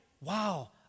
wow